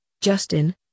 Justin